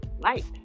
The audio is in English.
light